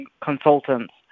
consultants